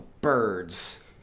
birds